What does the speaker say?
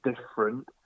different